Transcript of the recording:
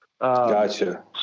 Gotcha